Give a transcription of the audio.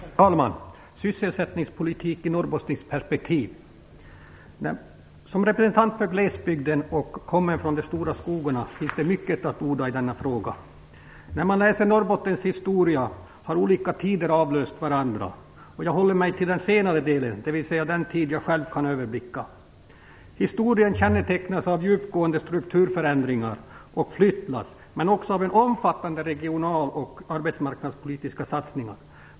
Herr talman! Jag skall tala om sysselsättningspolitik i norrbottniskt perspektiv. Som representant för glesbygden, kommen från de stora skogarna, har jag mycket att orda om i denna fråga. I Norrbottens historia har olika tider avlöst varandra. Jag håller mig till den senare delen, dvs. den tid som jag själv kan överblicka. Historien kännetecknas av djupgående strukturförändringar och flyttlass men också av omfattande regional och arbetsmarknadspolitiska satsningar.